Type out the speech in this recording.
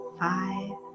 five